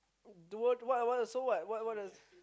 dual what I want I so what what what does